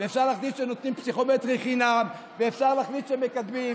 אפשר להחליט שנותנים פסיכומטרי חינם ואפשר להחליט שמקדמים.